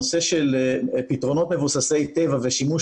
הנושא של פתרונות מבוססי טבע ושימוש